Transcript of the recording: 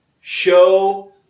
Show